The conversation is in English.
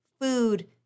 food